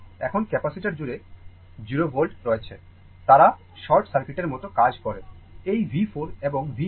এখন ক্যাপাসিটার জুড়ে 0 volt রয়েছে তারা শর্ট সার্কিটের মতো কাজ করে এই V 4 এবং V 1